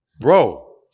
Bro